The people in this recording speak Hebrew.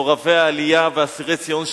מסורבי העלייה ואסירי ציון,